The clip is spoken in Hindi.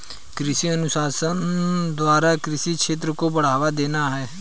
कृषि अनुसंधान द्वारा कृषि क्षेत्र को बढ़ावा देना है